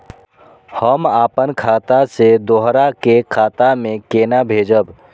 हम आपन खाता से दोहरा के खाता में केना भेजब?